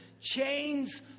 chains